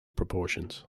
proportions